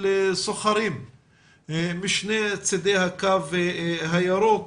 של סוחרים משני צידי הקו הירוק.